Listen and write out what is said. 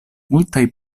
multaj